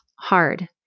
hard